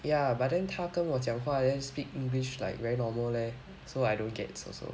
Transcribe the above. ya but then 她跟我讲话 then speak english like very normal leh so I don't gets also